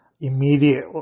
immediate